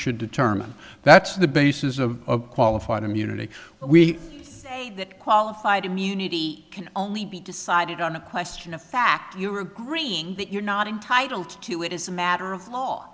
should determine that's the basis of qualified immunity we say that qualified immunity can only be decided on a question of fact you're agreeing that you're not entitled to it is a matter of law